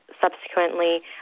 subsequently